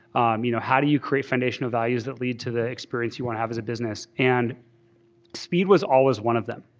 um you know how do you create foundational values that lead to the experience you want to have as a business. and speed was always one of them.